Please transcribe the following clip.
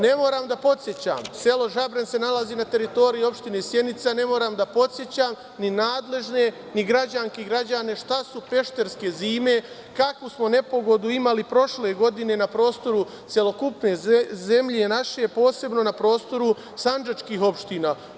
Ne moram da podsećam, selo Žabren se nalazi na teritoriji opštine Sjenica, ne moram da podsećam ni nadležne ni građanke i građane šta su peštarske zime, kakvu smo nepogodu imali prošle godine na prostoru celokupne naše zemlje, posebno na prostoru sandžačkih opština.